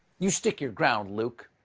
you stick your ground, luke.